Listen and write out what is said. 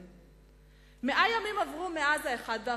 ובכן, 100 ימים עברו מאז 1 באפריל,